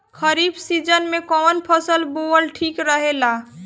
खरीफ़ season में कौन फसल बोअल ठिक रहेला ह?